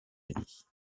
unis